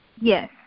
Yes